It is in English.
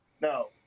No